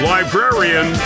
Librarian